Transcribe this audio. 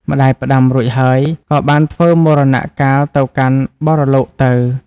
ម្ដាយផ្ដាំរួចហើយ ក៏បានធ្វើមរណកាលទៅកាន់បរលោកទៅ។